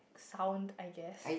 sound I guess